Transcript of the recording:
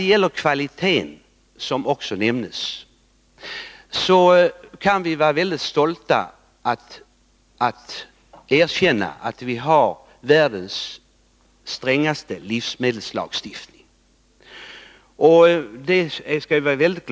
Vad gäller kvaliteten, som också nämndes, skall vi vara mycket stolta och glada över att kunna erkänna att vi har världens strängaste livsmedelslagstiftning.